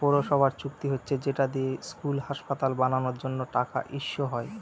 পৌরসভার চুক্তি হচ্ছে যেটা দিয়ে স্কুল, হাসপাতাল বানানোর জন্য টাকা ইস্যু হয়